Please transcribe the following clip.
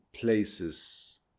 places